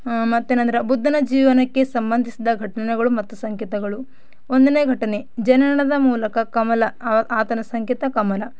ಹಾಂ ಮತ್ತೇನಂದ್ರೆ ಬುದ್ಧನ ಜೀವನಕ್ಕೆ ಸಂಬಂಧಿಸಿದ ಘಟನೆಗಳು ಮತ್ತು ಸಂಕೇತಗಳು ಒಂದನೇ ಘಟನೆ ಜನನದ ಮೂಲಕ ಕಮಲ ಆತನ ಸಂಕೇತ ಕಮಲ